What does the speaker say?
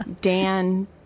Dan